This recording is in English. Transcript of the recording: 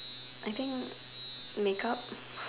I think make up